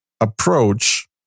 approach